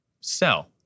Sell